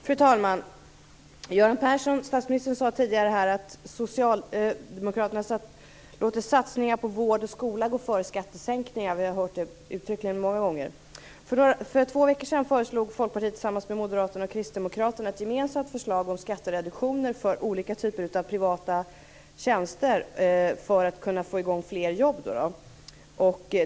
Fru talman! Statsminister Göran Persson sade tidigare att socialdemokraterna låter satsningar på vård och skola gå före skattesänkningar. Vi har hört det uttryckligen många gånger. För två veckor sedan lade Folkpartiet tillsammans med Moderaterna och Kristdemokraterna fram ett gemensamt förslag om skattereduktioner för olika typer av privata tjänster för att kunna få i gång fler jobb.